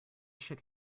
shook